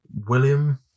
William